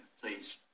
please